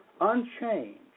unchanged